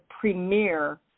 premier